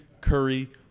Curry